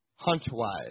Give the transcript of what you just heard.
HuntWise